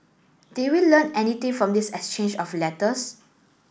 did we learn anything from this exchange of letters